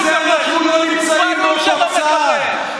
בשביל זה אנחנו לא נמצאים באותו צד.